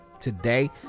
Today